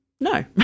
no